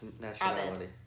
nationality